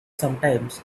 sometimes